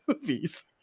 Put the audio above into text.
movies